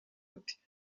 ati